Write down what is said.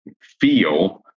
feel